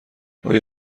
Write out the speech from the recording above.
آیا